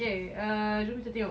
okay ah jom kita tengok